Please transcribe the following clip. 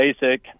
basic